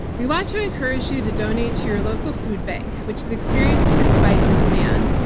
we want to encourage you to donate to your local food bank, which is experiencing a spike in demand.